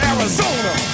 Arizona